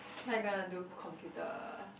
so I gonna do computer